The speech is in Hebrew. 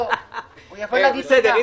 בסדר.